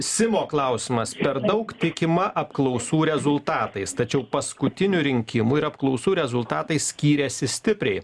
simo klausimas per daug tikima apklausų rezultatais tačiau paskutinių rinkimų ir apklausų rezultatai skyrėsi stipriai